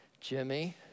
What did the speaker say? Jimmy